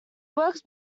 works